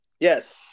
Yes